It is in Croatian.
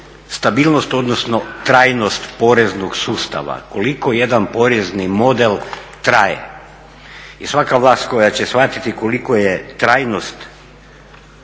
stabilnost odnosno stranost poreznog sustava, koliko jedan porezni model traje. I svaka vlast koja će shvatiti koliko je trajnost